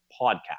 podcast